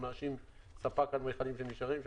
או נאשים את ספק המכלים שנשארים שם.